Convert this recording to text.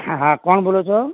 હા હા કોણ બોલો છો